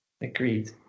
Agreed